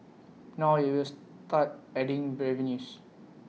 now IT will start adding revenues